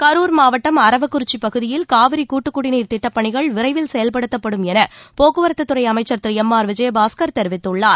கரூர் மாவட்டம் அரவக்குறிச்சி பகுதியில் காவிரி கூட்டுக் குடிநீர் திட்டப் பணிகள் விரைவில் செயல்படுத்தப்படும் என போக்குவரத்துத்துறை அமைச்சர் திரு எம் ஆர் விஜயபாஸ்கர் தெரிவித்துள்ளார்